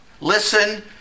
listen